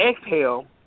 exhale